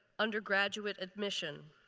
undergraduate admission.